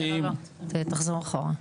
רגע, תחזור אחורה.